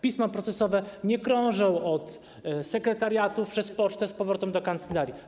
Pisma procesowe nie krążą od sekretariatów przez pocztę z powrotem do kancelarii.